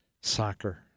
Soccer